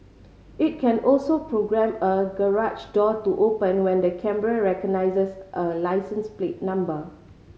it can also programme a garage door to open when the camera recognises a licence plate number